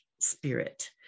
spirit